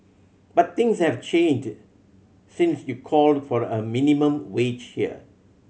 but things have changed since you called for a minimum wage here